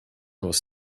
was